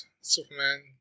Superman